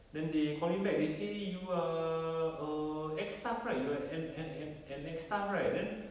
then they called me back they say you're err ex staff right you're an an an an ex staff right then